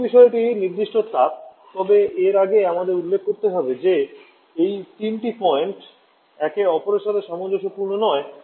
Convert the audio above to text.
দ্বিতীয় বিষয়টি নির্দিষ্ট তাপ তবে এর আগে আমাকে উল্লেখ করতে হবে যে এই তিনটি পয়েন্ট একে অপরের সাথে সামঞ্জস্যপূর্ণ নয়